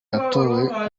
yatowe